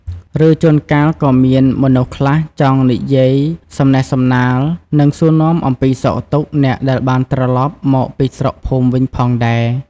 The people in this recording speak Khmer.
ឬ ជួនកាលក៏មានមនុស្សខ្លះចង់និយាយសំណេះសំណាល និងសួរនាំអំពីសុខទុក្ខអ្នកដែលបានត្រឡប់មកស្រុកភូមិវិញផងដែរ។